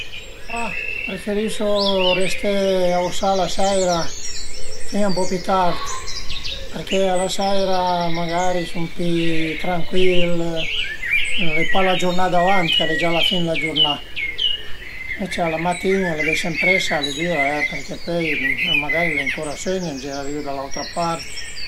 Ma preferisu resté ausà la seira fin a ën po pi tard perché a la seira magari sun pi trancuil, l'ai pa la giurnà davanti, al e gia la fin d'la giurnà, ënvece a la matin, lëvese ën presa al e düra e perché pöi l'ai ancura sögn, m'girerìu da l'autra part